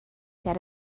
ger